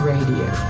Radio